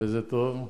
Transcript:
וזה טוב,